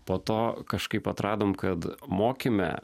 po to kažkaip atradom kad mokyme